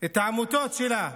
את העמותות שלה.